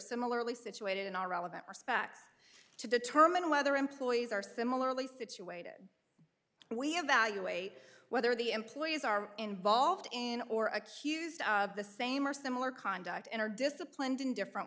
similarly situated in all relevant respects to determine whether employees are similarly situated we evaluate whether the employees are involved in or accused of the same or similar conduct and are disciplined in different